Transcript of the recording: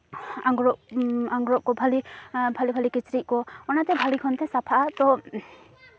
ᱟᱝᱨᱚᱵ ᱟᱝᱨᱚᱵ ᱠᱚ ᱵᱷᱟᱹᱞᱤ ᱵᱷᱟᱹᱞᱤ ᱠᱤᱪᱨᱤᱡ ᱠᱚ ᱚᱱᱟᱛᱮ ᱵᱷᱟᱹᱞᱤ ᱚᱠᱚᱡᱛᱮ ᱥᱟᱯᱷᱟᱜᱼᱟ ᱛᱳ